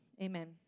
amen